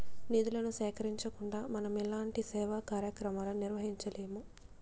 నిధులను సేకరించకుండా మనం ఎలాంటి సేవా కార్యక్రమాలను నిర్వహించలేము